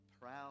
proud